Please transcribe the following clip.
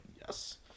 Yes